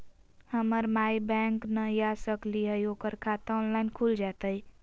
हमर माई बैंक नई आ सकली हई, ओकर खाता ऑनलाइन खुल जयतई?